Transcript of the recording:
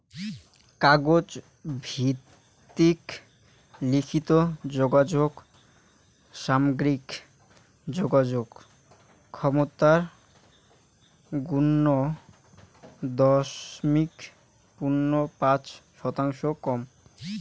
কাগজ ভিত্তিক লিখিত যোগাযোগ সামগ্রিক যোগাযোগ ক্ষমতার শুন্য দশমিক শূন্য পাঁচ শতাংশর কম